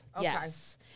Yes